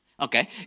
Okay